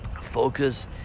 focus